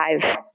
five